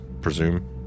Presume